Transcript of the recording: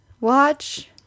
watch